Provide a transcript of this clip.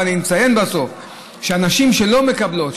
ואני מציין בסוף שנשים שלא מקבלות,